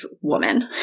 woman